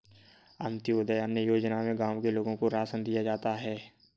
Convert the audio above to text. अंत्योदय अन्न योजना में गांव के लोगों को राशन दिया जाता है